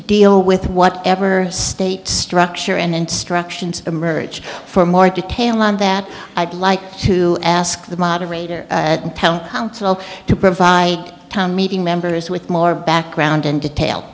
deal with whatever state structure and instructions emerge from our detail and that i'd like to ask the moderator council to provide a town meeting members with more background and detail